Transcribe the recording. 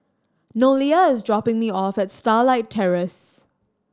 Nolia is dropping me off at Starlight Terrace